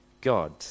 God